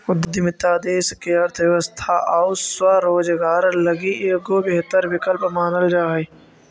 उद्यमिता देश के अर्थव्यवस्था आउ स्वरोजगार लगी एगो बेहतर विकल्प मानल जा हई